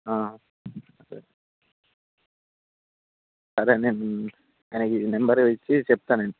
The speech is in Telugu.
సరే నేను ఆయనకి నెంబర్ ఇచ్చి చెప్తానండి